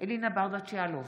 אלינה ברדץ' יאלוב,